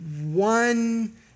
one